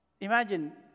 Imagine